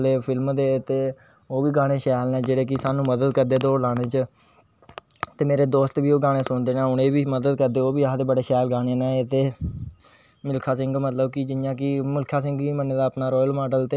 फिर पेड़ पौदे सिनरियां खास कर में अज़े तक्कर बचपन दियां बी तस्वीरां अड़े तक बी चित्तर अज़ें तक संभालियै रक्खे दे बड़ा अच्छा अक्सपिरिंस रेहा मेरा सिक्खनें दा होर